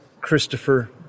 Christopher